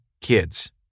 kids